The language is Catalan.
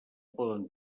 poden